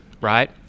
right